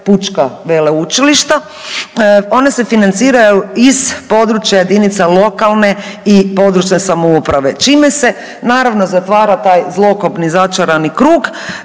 pučka veleučilišta, ona se financiraju iz područja jedinice lokalne i područne samouprave čime se naravno zatvara taj zlokobni začarani krug,